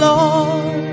Lord